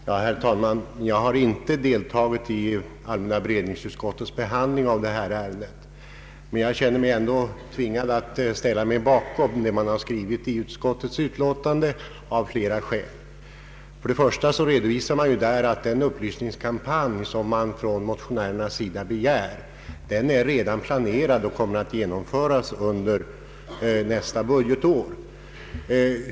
Herr talman! Jag har inte deltagit i allmänna beredningsutskottets behandling av detta ärende, men jag känner mig ändå av flera skäl tvingad att ställa mig bakom vad man har skrivit i utskottets utlåtande. Där redovisas ju att den upplysningskampanj, som motionärerna begär, redan är planerad och kommer att genomföras under nästa budgetår.